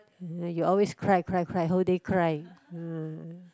you always cry cry cry whole day cry uh